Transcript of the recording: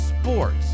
sports